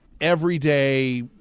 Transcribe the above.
everyday